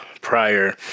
prior